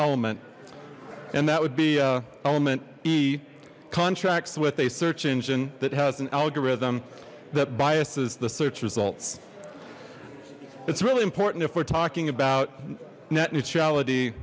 element and that would be element ii contracts with a search engine that has an algorithm that biases the search results it's really important if we're talking about net neutrality